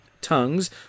tongues